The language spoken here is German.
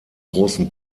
großen